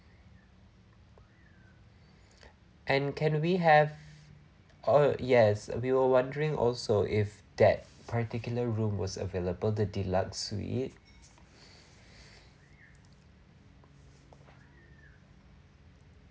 and can we have oh yes we were wondering also if that particular room was available the deluxe suite